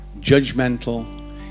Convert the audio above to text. judgmental